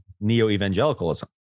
neo-evangelicalism